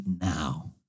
now